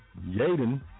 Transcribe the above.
Yaden